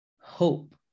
hope